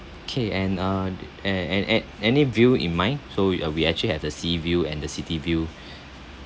K and uh and and a~ any view in mind so uh we actually have the sea view and the city view